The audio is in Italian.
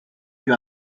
più